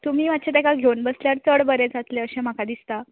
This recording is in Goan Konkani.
तुमी मातशें तेका घेवन बसल्यार चड बरें जातलें अशें म्हाका दिसतां